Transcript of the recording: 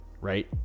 right